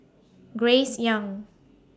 Grace Young